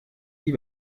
die